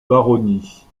baronnies